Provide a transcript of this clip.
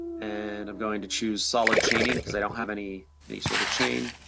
and i'm going to choose solid chaining, cause i don't have any any sort of chain.